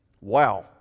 Wow